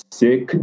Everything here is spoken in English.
sick